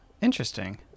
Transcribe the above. interesting